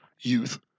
youth